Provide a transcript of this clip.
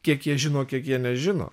kiek jie žino kiek jie nežino